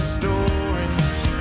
stories